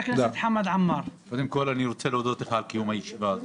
קודם כל תודה על קיום הישיבה.